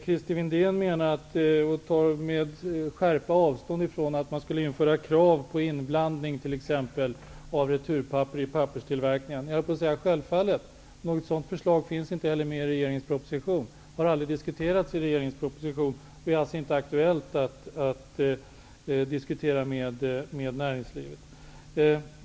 Christer Windén tar med skärpa avstånd ifrån att t.ex. införa krav på inblandning av returpapper i papperstillverkningen. Något sådant förslag finns, jag höll på att säga självfallet, heller inte med i regeringens proposition och har aldrig diskuterats i arbetet med regeringens proposition. Det är alltså inte aktuellt att diskutera med näringslivet.